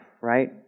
right